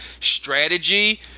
Strategy